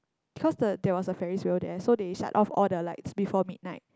because the there was a ferry's wheel there so they shut off all the lights before midnight